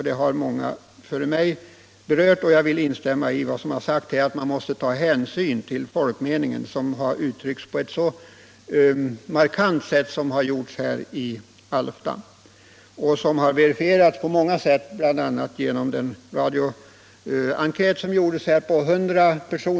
Den har många före mig berört, och jag vill instämma i vad som sagts, nämligen att man måste ta hänsyn till folkmeningen då den uttryckts på ett så markant sätt som i Alfta. Den har verifierats på många sätt bl.a. genom en folkomröstning 1970 som herr Måbrink anförde.